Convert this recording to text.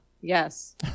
yes